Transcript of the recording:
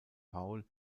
paul